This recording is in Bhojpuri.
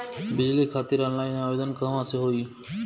बिजली खातिर ऑनलाइन आवेदन कहवा से होयी?